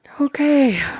Okay